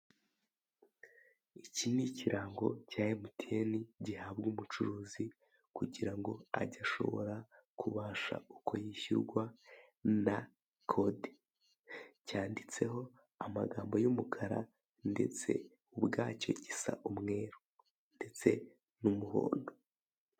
Iki ni ikirango cya emutiyeni, gihabwa umucuruzi, kugira ngo ajye ashobora kubasha uko yishyurwa na kode. Cyanditseho amagambo y'umukara, ndetse ubwacyo gisa umweru. Ndetse n'umuhondo.